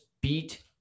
beat